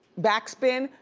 back spin,